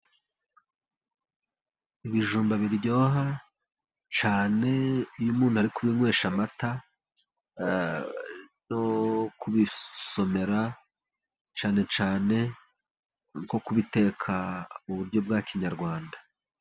Ibijumba biryoha cyane iyo umuntu ari kubinywesha amata no kubisomera, cyane cyane nko kubiteka mu buryo bwa kinyarwanda.